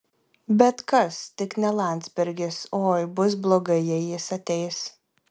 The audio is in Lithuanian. bet kas tik ne landsbergis oi bus blogai jei jis ateis